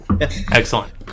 Excellent